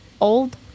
old